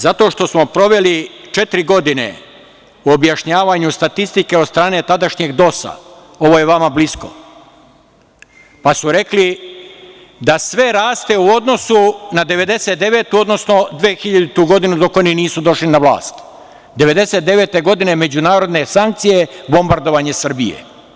Zato što smo proveli četiri godine u objašnjavanju statistike od strane tadašnjeg DOS, ovo je vama blisko, pa su rekli da sve raste u odnosu na 1999. odnosno 2000. godinu, dok oni nisu došli na vlast, 1999. godine međunarodne sankcije, bombardovanje Srbije.